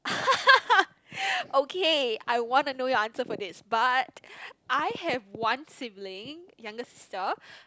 okay I want to know your answer for this but I have one sibling younger sister